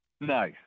No